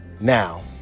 Now